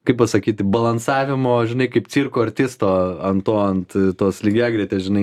kaip pasakyt balansavimo žinai kaip cirko artisto ant to ant tos lygiagretės žinai